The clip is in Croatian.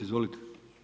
Izvolite.